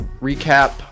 Recap